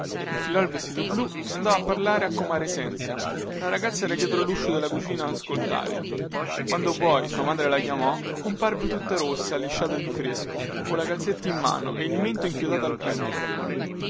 infilò il vestito blu e andò a parlare a comare sènzia la ragazza era dietro luscio della cucina ad ascoltare quando poi sua madre la chiamò comparve tutta rossa lisciata di fresco colla calzetta in mano e il mento inchiodato al petto